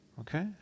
Okay